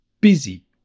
busy